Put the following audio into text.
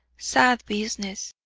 sad business,